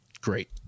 Great